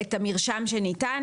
את המרשם שניתן?